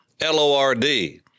L-O-R-D